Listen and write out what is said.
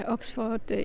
Oxford